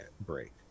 break